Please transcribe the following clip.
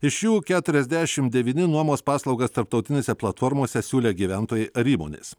iš jų keturiasdešimt devyni nuomos paslaugas tarptautinėse platformose siūlė gyventojai ar įmonės